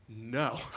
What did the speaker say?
no